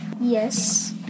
Yes